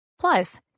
Plus